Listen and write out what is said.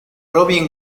robin